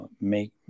make